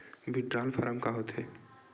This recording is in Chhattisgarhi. विड्राल फारम का होथे?